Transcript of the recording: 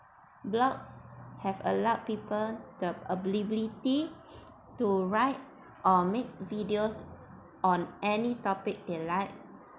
blogs have allowed people the ability to write or make videos on any topic they like